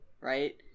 right